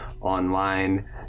online